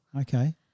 Okay